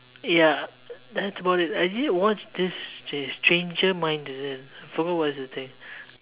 ya that's about it I did watched this str~ stranger minds is it I forgot what is the thing